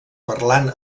parlant